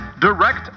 direct